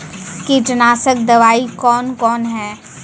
कीटनासक दवाई कौन कौन हैं?